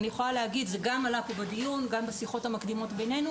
אני יכולה להגיד זה גם עלה פה בדיון וגם בשיחות המקדימות בינינו